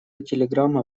телеграмма